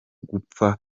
gupfa